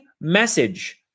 message